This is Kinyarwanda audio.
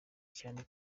cyane